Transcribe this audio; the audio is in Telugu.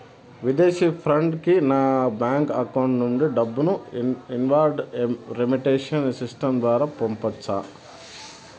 విదేశీ ఫ్రెండ్ కి నా బ్యాంకు అకౌంట్ నుండి డబ్బును ఇన్వార్డ్ రెమిట్టెన్స్ సిస్టం ద్వారా పంపొచ్చా?